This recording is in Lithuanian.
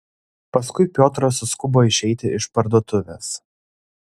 paskui piotras suskubo išeiti iš parduotuvės